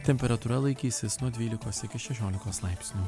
temperatūra laikysis nuo dvylikos iki šešiolikos laipsnių